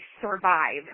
survive